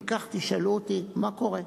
אם כך תשאלו אותי, מה קורה?